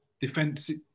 defensive